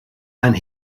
and